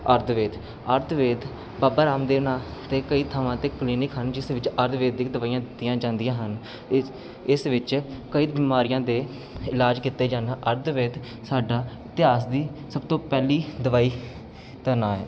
ਆਯੁਰਵੈਦ ਆਯੁਰਵੈਦ ਬਾਬਾ ਰਾਮਦੇਵ ਨਾ 'ਤੇ ਕਈ ਥਾਵਾਂ 'ਤੇ ਕਲੀਨਿਕ ਹਨ ਜਿਸ ਵਿੱਚ ਆਯੁਰਵੈਦ ਦਵਾਈਆਂ ਦਿੱਤੀਆਂ ਜਾਂਦੀਆਂ ਹਨ ਇਸ ਵਿੱਚ ਕਈ ਬਿਮਾਰੀਆਂ ਦੇ ਇਲਾਜ ਕੀਤੇ ਜਾਣ ਆਯੁਰਵੈਦ ਸਾਡਾ ਇਤਿਹਾਸ ਦੀ ਸਭ ਤੋਂ ਪਹਿਲੀ ਦਵਾਈ ਦਾ ਨਾਂ ਹੈ